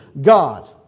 God